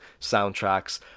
soundtracks